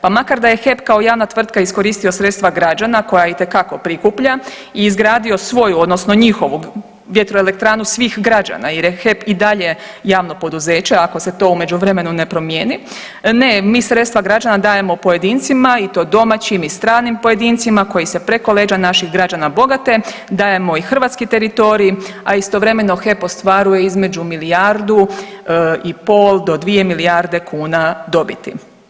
Pa makar da je HEP kao javna tvrtka iskoristio sredstva građana koja itekako prikuplja i izgradio svoju odnosno njihovu vjetroelektranu svih građana jer je HEP i dalje javno poduzeće ako se to u međuvremenu ne promijeni, ne mi sredstva građana dajemo pojedincima i to domaćim i stranim pojedincima koji se preko leđa naših građana bogate, dajemo i hrvatski teritorij, a istovremeno HEP ostvaruje između milijardu i pol do dvije milijarde kuna dobiti.